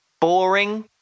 boring